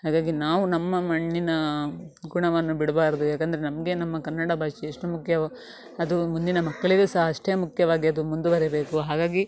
ಹಾಗಾಗಿ ನಾವು ನಮ್ಮ ಮಣ್ಣಿನ ಗುಣವನ್ನು ಬಿಡಬಾರ್ದು ಯಾಕಂದರೆ ನಮಗೆ ನಮ್ಮ ಕನ್ನಡ ಭಾಷೆ ಎಷ್ಟು ಮುಖ್ಯವೋ ಅದು ಮುಂದಿನ ಮಕ್ಕಳಿಗೆ ಸಹ ಅಷ್ಟೇ ಮುಖ್ಯವಾಗಿ ಅದು ಮುಂದುವರಿಬೇಕು ಹಾಗಾಗಿ